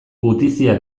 gutizia